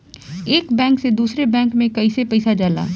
एक बैंक से दूसरे बैंक में कैसे पैसा जाला?